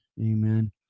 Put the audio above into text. amen